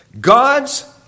God's